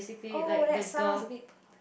oh that sounds a bit